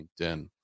LinkedIn